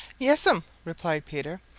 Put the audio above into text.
yes'm, replied peter,